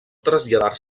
traslladar